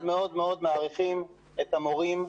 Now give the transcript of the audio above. מאוד, מאוד מעריכים את המורים,